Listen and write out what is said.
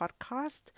podcast